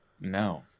no